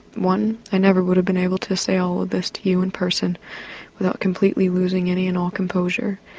one, i never would have been able to say all of this to you in person without completely losing any and all composure.